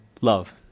love